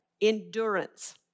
Endurance